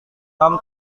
tom